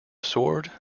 sword